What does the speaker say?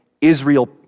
Israel